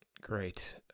Great